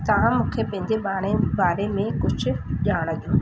तव्हां मूंखे पंहिंजे बारे बारे में कुझु ॼाण ॾियो